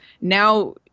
now